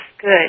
good